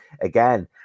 again